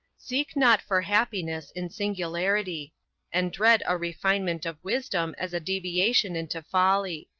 seek not for happiness in singularity and dread a refinement of wisdom as a deviation into folly.